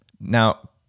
Now